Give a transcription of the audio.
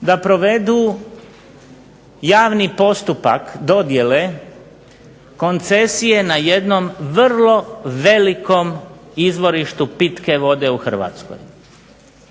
da provedu javni postupak dodjele koncesije na jednom vrlo velikom izvorištu pitke vode u Hrvatskoj.